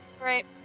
Right